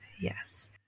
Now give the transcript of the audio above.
Yes